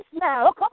now